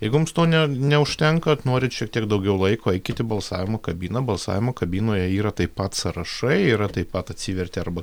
jeigu mums to ne neužtenka norit šiek tiek daugiau laiko eikit į balsavimo kabiną balsavimo kabinoje yra taip pat sąrašai yra taip pat atsiverti arba